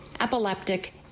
epileptic